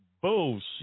bullshit